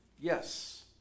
Yes